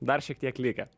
dar šiek tiek likę